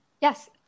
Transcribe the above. Yes